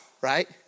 right